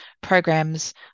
programs